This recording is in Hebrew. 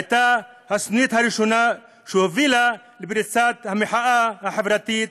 הייתה הסנונית הראשונה שהובילה לפריצת המחאה החברתית